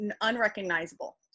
unrecognizable